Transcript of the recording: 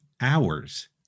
hours